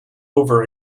over